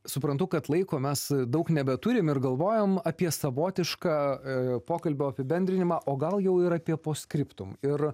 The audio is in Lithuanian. suprantu kad laiko mes daug nebeturim ir galvojam apie savotišką pokalbio apibendrinimą o gal jau ir apie post skriptum ir